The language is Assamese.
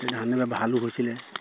ধান ভালো হৈছিলে